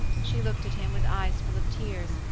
she looked at him with eyes full of tears,